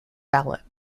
ballot